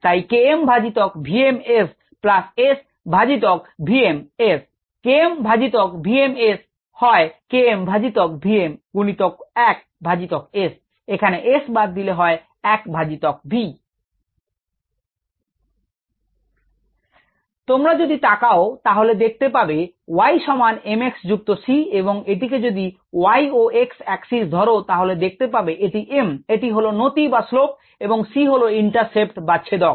তাই Km ভাজিতক v m S plus S ভাজিতক v m SKm ভাজিতক v m S হয় Km ভাজিতক vm গুনিতক 1 ভাজিতক S এখানে S বাদ দিলে হয় 1 ভাজিতক v তোমরা যদি তাকাও দেখতে পাবে y সমান m x যুক্ত c এবং এটিকে যদি y ও এক্স axis ধরো তাহলে দেখতে পাবে এটি m এটি হলো নতি বা slope এবং c হলো ইন্টারসেপ্ট বা ছেদক